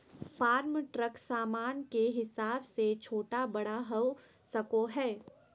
farm truck सामान के हिसाब से छोटा बड़ा हो सको हय